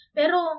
pero